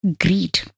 greed